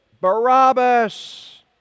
Barabbas